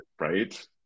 right